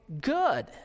good